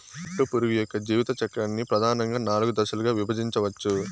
పట్టుపురుగు యొక్క జీవిత చక్రాన్ని ప్రధానంగా నాలుగు దశలుగా విభజించవచ్చు